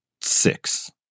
six